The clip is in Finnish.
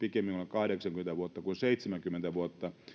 kahdeksankymmentä vuotta kuin seitsemänkymmentä vuotta